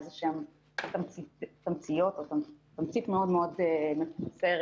איזושהי תמצית מאוד מאוד מקוצרת